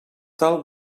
tal